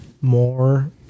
more